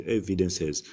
evidences